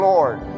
Lord